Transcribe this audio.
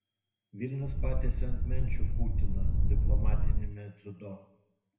vilnius patiesė ant menčių putiną diplomatiniame dziudo